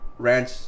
ranch